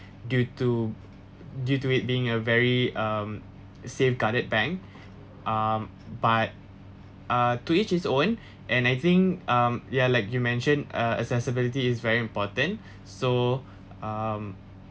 due to due to it being a very um safeguarded bank um but ah to each his own and I think um yeah like you mentioned uh accessibility is very important so um